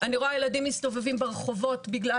אני רואה ילדים מסתובבים ברחובות בגלל